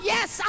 Yes